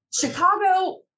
Chicago